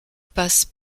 passe